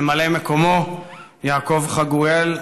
ממלא מקומו יעקב חגואל,